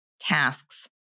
Tasks